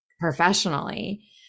professionally